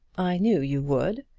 i knew you would.